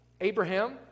Abraham